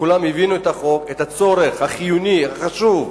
כולם הבינו את החוק, את הצורך החיוני והחשוב,